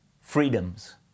freedoms